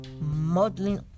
modeling